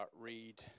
read